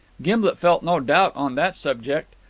gimblet felt no doubt on that subject.